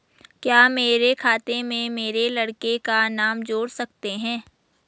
क्या मेरे खाते में मेरे लड़के का नाम जोड़ सकते हैं?